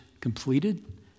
completed